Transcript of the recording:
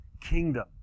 kingdom